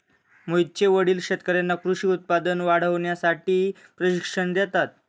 मोहितचे वडील शेतकर्यांना कृषी उत्पादन वाढवण्यासाठी प्रशिक्षण देतात